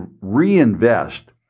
reinvest